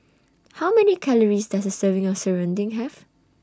How Many Calories Does A Serving of Serunding Have